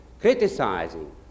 criticizing